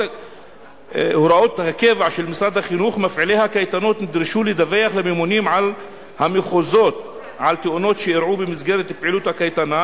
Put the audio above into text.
הדין והנוהל בתחום הפעלת הקייטנות ובין המצב בפועל רופף ביותר.